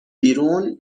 بیرون